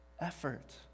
Effort